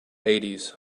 eighties